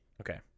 Okay